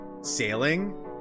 sailing